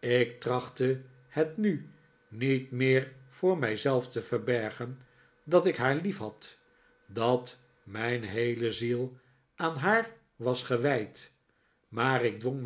ik trachtte het nu niet meer voor mijzelf te verbergen dat ik haar liefhad dat mijn heele ziel aan haar was gewijd maar ik dwong